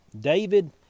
David